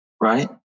right